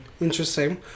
Interesting